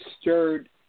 stirred